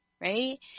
right